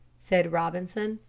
said robinson.